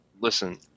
Listen